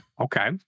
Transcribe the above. okay